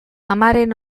amaren